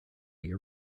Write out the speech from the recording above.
your